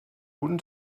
guten